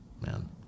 man